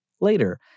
later